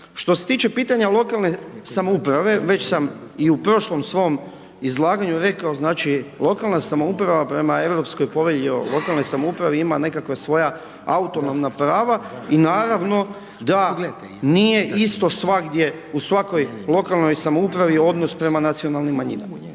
Što se tiče pitanja lokalne samouprave, već sam i u prošlom svom izlaganju rekao, znači, lokalna samouprava prema Europskoj povelji o lokalnoj samoupravi, ima nekakva svoja autonomna prava, i naravno da nije isto svagdje u svakom lokalnoj samoupravi odnos prema nacionalnim manjinama.